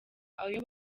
ayo